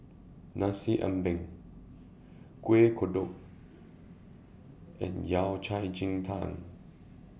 Nasi Ambeng Kueh Kodok and Yao Cai Ji Tang